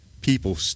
people